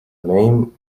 name